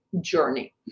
journey